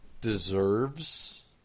deserves